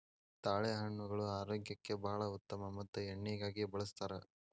ತಾಳೆಹಣ್ಣುಗಳು ಆರೋಗ್ಯಕ್ಕೆ ಬಾಳ ಉತ್ತಮ ಮತ್ತ ಎಣ್ಣಿಗಾಗಿ ಬಳ್ಸತಾರ